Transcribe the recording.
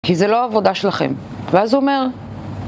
כי זה לא עבודה שלכם. ואז הוא אומר...